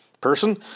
person